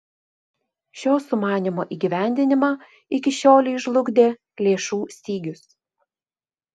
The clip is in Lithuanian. šio sumanymo įgyvendinimą iki šiolei žlugdė lėšų stygius